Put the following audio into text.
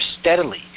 steadily